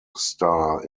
star